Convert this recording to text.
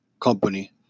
company